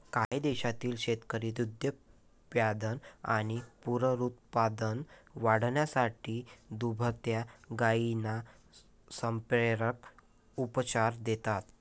काही देशांतील शेतकरी दुग्धोत्पादन आणि पुनरुत्पादन वाढवण्यासाठी दुभत्या गायींना संप्रेरक उपचार देतात